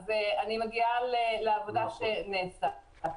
אני מגיעה לעבודה שנעשתה.